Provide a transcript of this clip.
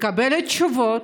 מקבלת תשובות,